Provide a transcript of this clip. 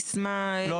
סיסמה,